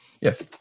yes